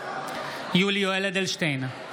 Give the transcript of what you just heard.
יולי יואל אדלשטיין,